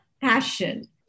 passion